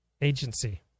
agency